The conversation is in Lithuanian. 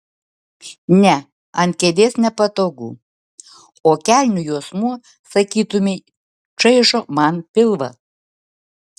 ne ant kėdės nepatogu o kelnių juosmuo sakytumei čaižo man pilvą